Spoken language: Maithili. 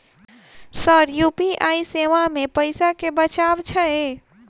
सर यु.पी.आई सेवा मे पैसा केँ बचाब छैय?